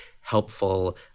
helpful